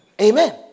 Amen